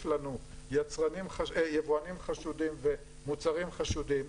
לנו יבואנים חשודים ומוצרים חשודים,